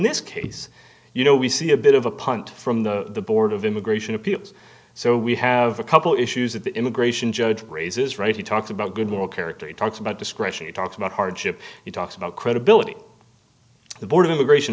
this case you know we see a bit of a punt from the board of immigration appeals so we have a couple issues that the immigration judge raises right he talks about good moral character he talks about discretion he talks about hardship he talks about credibility the board of immigration